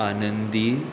आनंदी